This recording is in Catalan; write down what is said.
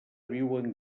viuen